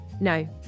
No